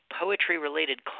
poetry-related